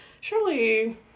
surely